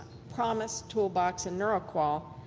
promis toolbox and neuro-qol